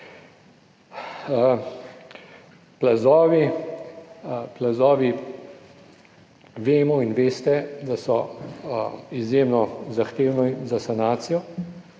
plazovi, vemo in veste, da so izjemno zahtevni za sanacijo,